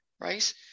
right